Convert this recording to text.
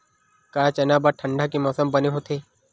का चना बर ठंडा के मौसम बने होथे?